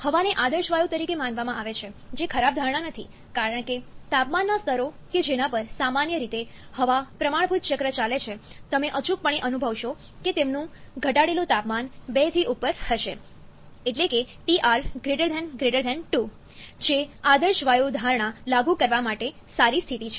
હવાને આદર્શ વાયુ તરીકે માનવામાં આવે છે જે ખરાબ ધારણા નથી કારણ કે તાપમાનના સ્તરો કે જેના પર સામાન્ય રીતે હવા પ્રમાણભૂત ચક્ર ચાલે છે તમે અચૂકપણે અનુભવશો કે તેમનું ઘટાડેલું તાપમાન 2 થી ઉપર હશે એટલે કે TR 2 જે આદર્શ વાયુ ધારણા લાગુ કરવા માટે સારી સ્થિતિ છે